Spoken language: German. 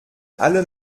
alle